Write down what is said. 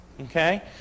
Okay